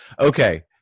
Okay